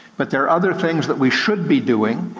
but there are other things that we should be doing,